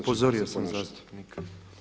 Upozorio sam zastupnika.